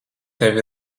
tev